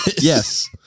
Yes